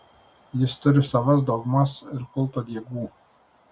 jis turi savas dogmas ir savo kulto diegų